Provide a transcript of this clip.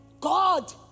God